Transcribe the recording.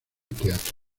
teatro